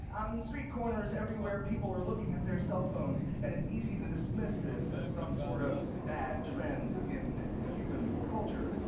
on street corners everywhere, people are looking at their cell phones, and it's easy to dismiss this as some sort of bad trend in human culture.